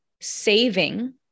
saving